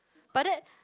but that